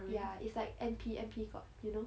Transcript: ya it's like N_P N_P got you know